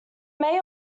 may